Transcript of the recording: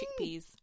chickpeas